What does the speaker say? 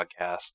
podcast